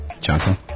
Johnson